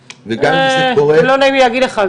וגם אם זה קורה --- לא נעים לי להגיד לך,